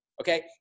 Okay